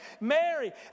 Mary